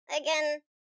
again